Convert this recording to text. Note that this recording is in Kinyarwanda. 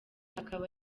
akaba